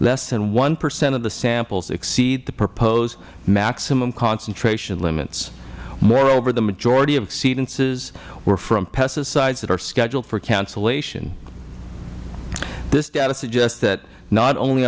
less than one percent of the samples exceed the proposed maximum concentration limits moreover the majority of exceedances were from pesticides that are scheduled for cancellation this data suggests that not only